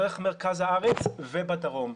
דרך מרכז הארץ ובדרום.